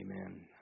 amen